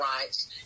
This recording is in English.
rights